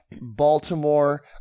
Baltimore